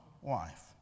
wife